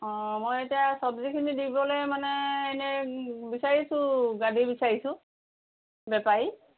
অঁ মই এতিয়া চব্জিখিনি দিবলৈ মানে এনে বিচাৰিছোঁ গাদী বিচাৰিছোঁ বেপাৰী